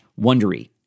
Wondery